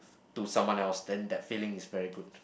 to someone else then that feeling is very good